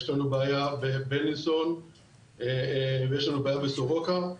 יש לנו בעיה בבילינסון ויש לנו בעיה בסורוקה.